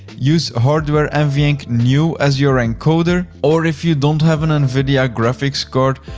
use hardware nvenc new as your encoder or if you don't have an nvidia graphics card,